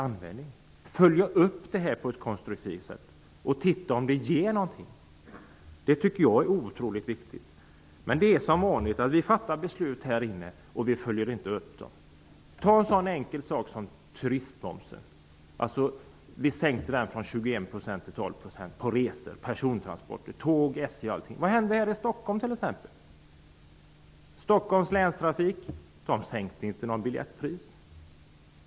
Dessutom borde vi följa upp detta på ett konstruktivt sätt för att se om det ger någonting. Det tycker jag är otroligt viktigt. Men, som vanligt: Vi fattar beslut i denna kammare utan att följa upp dem. Ta en så enkel sak som turistmomsen, som sänktes från 21 % till 12 % när det gäller resor, persontransporter osv. Det gäller alltså bl.a. SJ. Vad har då hänt här i Stockholm t.ex.? Ja, inte har Stockholms länstrafik sänkt några biljettpriser.